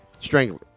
Strangler